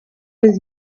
his